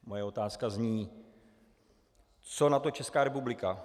Moje otázka zní: Co na to Česká republika?